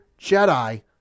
Jedi